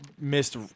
missed